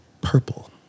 Purple